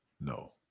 No